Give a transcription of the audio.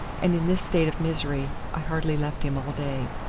and in this state of misery i hardly left him all day.